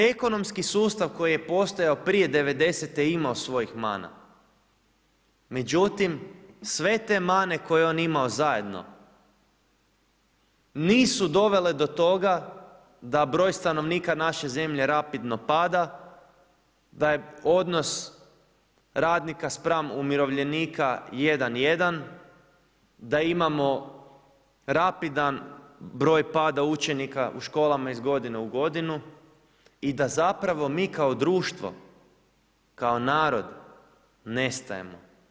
Ekonomski sustav koji je postojao prije '90.-te je imao svojih mana, međutim sve te mane koje je on imao zajedno nisu dovele do toga da broj stanovnika naše zemlje rapidno pada, da je odnos radnika spram umirovljenika 1:1 da imamo rapidan broj pada učenika u školama iz godine u godinu i da zapravo mi kao društvo, kao narod nestajemo.